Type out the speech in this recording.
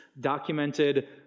documented